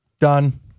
done